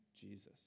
Jesus